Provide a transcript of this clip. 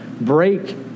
break